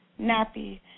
nappy